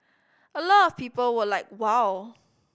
a lot of people were like wow